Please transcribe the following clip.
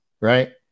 Right